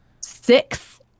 six